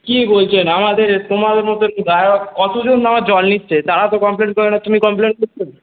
কী বলছেন আমাদের তোমাদের মত কতজন আমার জল নিচ্ছে তারা তো কমপ্লেন করে না তুমি কমপ্লেন করছো